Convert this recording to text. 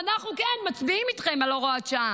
ואנחנו, כן, מצביעים איתכם על הוראות שעה.